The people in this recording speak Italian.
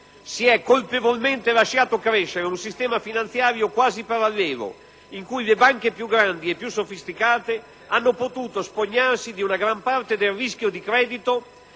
Si è colpevolmente lasciato crescere un sistema finanziario quasi parallelo, in cui le banche più grandi e più sofisticate hanno potuto spogliarsi di una gran parte del rischio di credito,